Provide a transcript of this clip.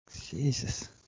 Jesus